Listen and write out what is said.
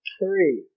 three